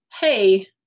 hey